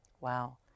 Wow